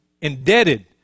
indebted